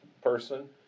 person